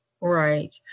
Right